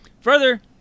Further